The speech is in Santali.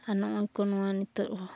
ᱟᱨ ᱱᱚᱣᱟ ᱠᱚ ᱱᱚᱜᱼᱚᱭ ᱱᱤᱛᱚᱜ